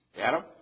Adam